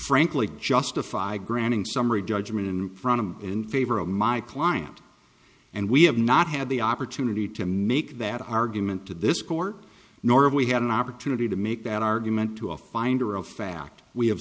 frankly justify granting summary judgment in front of it in favor of my client and we have not had the opportunity to make that argument to this court nor have we had an opportunity to make that argument to a finder of fact we have